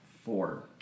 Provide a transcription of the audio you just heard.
Four